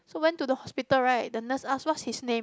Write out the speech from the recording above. so went to the hospital right the nurse ask what's his name